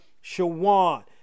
Shawan